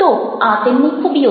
તો આ તેમની ખૂબીઓ છે